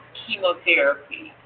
chemotherapy